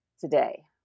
today